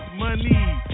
money